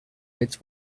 its